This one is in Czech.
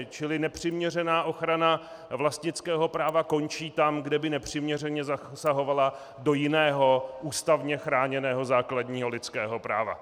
Čili nepřiměřená ochrana vlastnického práva končí tam, kde by nepřiměřeně zasahovala do jiného ústavně chráněného základního lidského práva.